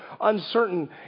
uncertain